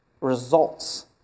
results